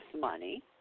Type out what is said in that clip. money